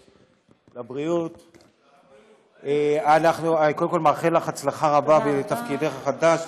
אני קודם כול מאחל לך הצלחה רבה בתפקידך החדש,